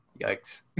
Yikes